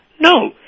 No